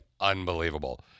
Unbelievable